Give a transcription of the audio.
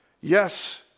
Yes